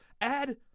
Add